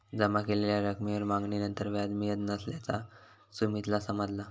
जमा केलेल्या रकमेवर मागणीनंतर व्याज मिळत नसल्याचा सुमीतला समजला